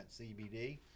CBD